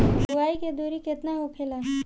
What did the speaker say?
बुआई के दूरी केतना होखेला?